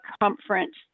conference